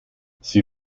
sie